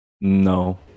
no